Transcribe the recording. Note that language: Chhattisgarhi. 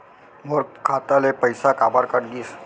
मोर खाता ले पइसा काबर कट गिस?